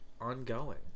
ongoing